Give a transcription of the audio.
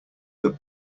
that